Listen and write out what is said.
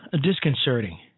disconcerting